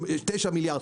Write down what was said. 9 מיליארד,